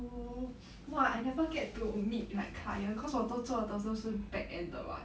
oh !wah! I never get to meet like client cause 我都做的都是 back end 的 [what]